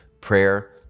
prayer